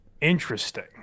Interesting